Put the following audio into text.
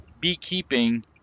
beekeeping